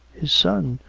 his son!